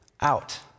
out